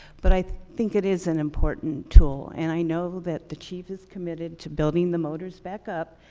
but i think it is an important tool, and i know that the chief is committed to building the motors back up,